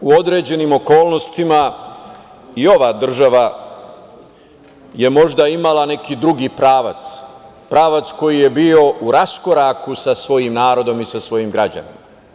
Nekada u određenim okolnostima i ova država je možda imala neki drugi pravac, pravac koji je bio u raskoraku sa svojim narodom i sa svojim građanima.